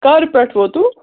کَر پٮ۪ٹھٕ ووتو